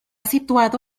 situado